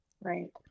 Right